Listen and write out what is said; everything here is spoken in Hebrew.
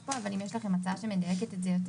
גם זה, אם כבר אתה מדבר על